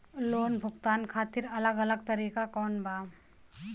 Loan भुगतान खातिर अलग अलग तरीका कौन बा?